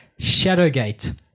Shadowgate